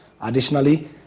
Additionally